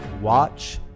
watch